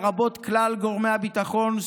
לרבות כלל גורמי הביטחון,